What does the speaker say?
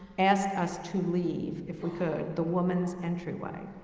asked us to leave if we could the women's entryway.